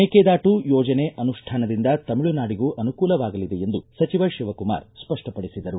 ಮೇಕೆದಾಟು ಯೋಜನೆ ಅನುಷ್ಠಾನದಿಂದ ತಮಿಳುನಾಡಿಗೂ ಅನುಕೂಲವಾಗಲಿದೆ ಎಂದು ಸಚಿವ ಶಿವಕುಮಾರ ಸ್ಪಷ್ಟಪಡಿಸಿದರು